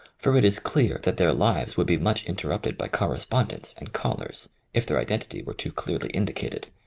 for it is clear that their lives would be much inter rupted by correspondence and callers if their identity were too clearly indicated.